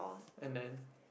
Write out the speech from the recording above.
and then